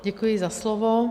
Děkuji za slovo.